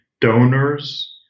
donors